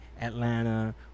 Atlanta